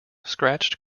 scratched